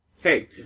Hey